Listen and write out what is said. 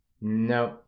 no